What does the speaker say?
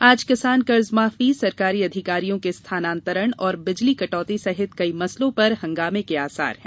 आज किसान कर्जमाफी सरकारी अधिकारियों के स्थानांतरण और बिजली कटौती सहित कई मसलों पर हंगामे के आसार है